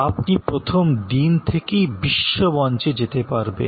আপনি প্রথম দিন থেকেই বিশ্ব মঞ্চে যেতে পারবেন